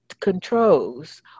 controls